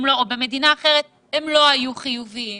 הם לא או במדינה אחרת הם לא היו חיוביים.